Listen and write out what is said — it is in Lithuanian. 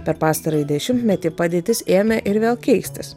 per pastarąjį dešimtmetį padėtis ėmė ir vėl keistis